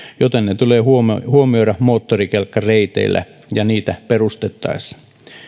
joten ne tulee huomioida moottorikelkkareiteillä ja niitä perustettaessa